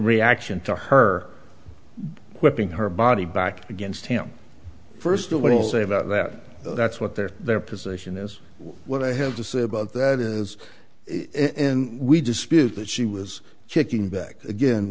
reaction to her whipping her body back against him first i want to say about that that's what their their position is what i have to say about that is in we dispute that she was kicking back again